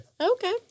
Okay